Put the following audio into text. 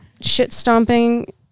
shit-stomping